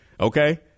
Okay